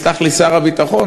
יסלח לי שר הביטחון,